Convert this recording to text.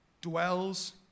dwells